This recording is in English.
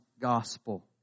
gospel